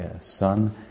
son